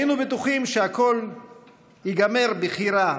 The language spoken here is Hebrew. היינו בטוחים שהכול ייגמר בכי רע,